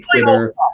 Twitter